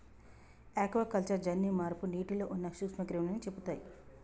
aquaculture జన్యు మార్పు నీటిలో ఉన్న నూక్ష్మ క్రిములని చెపుతయ్